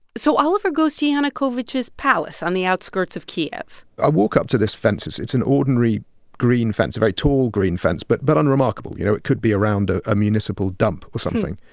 so oliver goes to yanukovych's palace on the outskirts of kiev i walk up to this fence. it's it's an ordinary green fence a very tall green fence but but unremarkable. you know, it could be around ah a municipal dump or something.